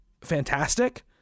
fantastic